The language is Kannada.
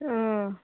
ಹ್ಞೂ